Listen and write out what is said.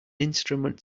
instrument